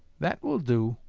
that will do.